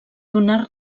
donar